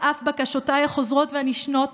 על אף בקשותיי החוזרות ונשנות,